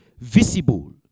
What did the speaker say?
visible